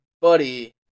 buddy